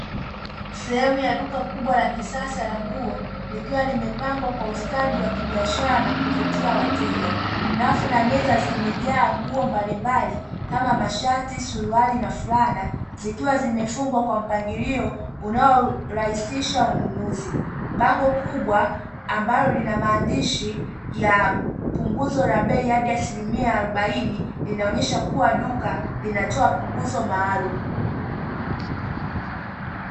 Sehemu ya duka kubwa la kisasa la nguo likiwa limepangwa kwa ustadi wa kibiashara na kumvutia wateja rafu na meza zimejaa nguo mbalimbali kama mashati suruali na furana zikiwa zimefungwa kwa mpangilio unaorahisisha ununuzi, bango kubwa ambalo lina maandishi ya punguzo la bei hadi asilimia arobaini linaonyesha kuwa duka linatoa punguzo maalum.